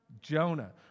Jonah